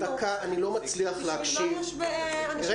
בשביל מה יש אנשים שמטפלים בזה?